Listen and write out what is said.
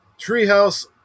Treehouse